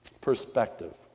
perspective